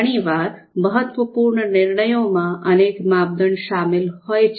ઘણી વાર મહત્વપૂર્ણ નિર્ણયોમાં અનેક માપદંડ શામેલ હોય છે